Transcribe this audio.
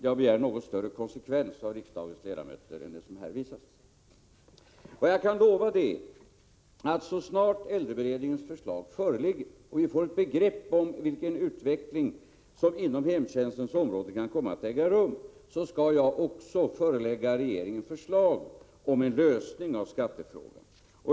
Jag begär något större konsekvens av riksdagens ledamöter än den som här visas. Vad jag kan lova är att jag, så snart äldreberedningens förslag föreligger och vi får ett begrepp om vilken utveckling inom hemtjänstens område som kan komma att äga rum, skall förelägga regeringen förslag om en lösning av skattefrågan.